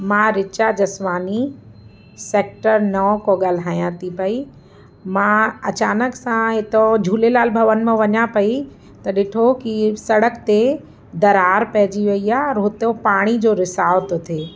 मां रिचा जसवानी सैक्टर नौ खां ॻाल्हायां थी पई मां अचानक सां हितां झूलेलाल भवन मां वञा पई त ॾिठो कि सड़क ते दरार पइजी वई आहे हुते हो पाणी जो रिसाव थो थिए